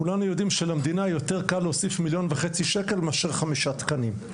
כולנו יודעים שלמדינה יותר קל להוסיף מיליון וחצי שקל מאשר חמישה תקנים.